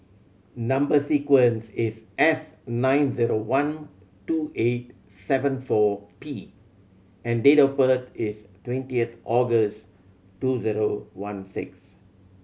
number sequence is S nine zero one two eight seven four P and date of birth is twenty August two zero one six